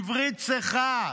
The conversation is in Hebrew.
עברית צחה,